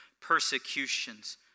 persecutions